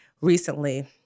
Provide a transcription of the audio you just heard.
recently